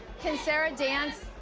can sarah dance?